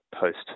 post